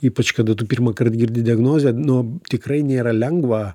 ypač kada tu pirmąkart girdi diagnozę nu tikrai nėra lengva